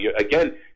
again